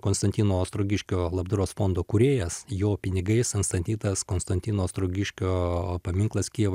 konstantino ostrogiškio labdaros fondo kūrėjas jo pinigais atstatytas konstantino ostrogiškio paminklas kijevo